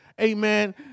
amen